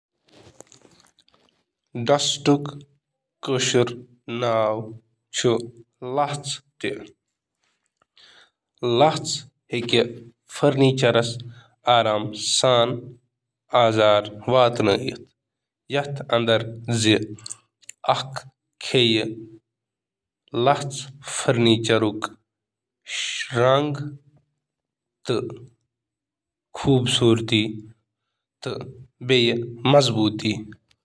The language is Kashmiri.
فرنیچر پُر اثر طریقہٕ سۭتۍ گردِ کرنہٕ خٲطرٕ ہیٚکِو تُہۍ مایکرو فایبر کپرُک استعمال کٔرِو، باقٲعدٕگی سان گردِ کٔرِو، ڈسٹر ویکیوم استعمال کٔرِو۔ فرنیچر پالش کٔرِو کم تہٕ باقین ہُنٛد استعمال۔